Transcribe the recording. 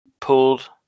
pulled